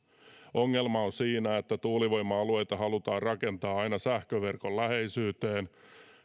ongelma on siinä että tuulivoima alueita halutaan rakentaa aina sähköverkon läheisyyteen